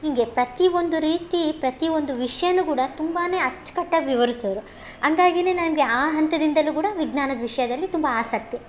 ಹಿಂಗೆ ಪ್ರತಿ ಒಂದು ರೀತಿ ಪ್ರತಿ ಒಂದು ವಿಷ್ಯಾನುಕೂಡ ತುಂಬಾ ಅಚ್ಕಟ್ಟಾಗಿ ವಿವರಿಸೋರು ಅಂದಾಗೇನೆ ನನಗೆ ಆ ಹಂತದಿಂದಲುಕೂಡ ವಿಜ್ಞಾನದ ವಿಷಯದಲ್ಲಿ ತುಂಬ ಆಸಕ್ತಿ